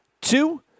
Two